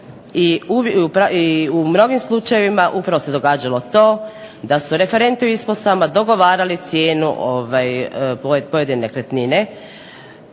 i u mnogim slučajevima upravo se događalo to da su referenti u ispostavama dogovarali cijenu pojedine nekretnine,